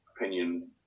opinion